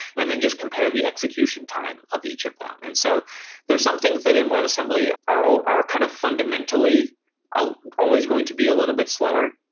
and then just compare the execution time of each of them. and so there's some things that in webassembly are are kind of fundamentally ah always going to be a little bit slower,